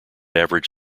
average